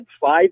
five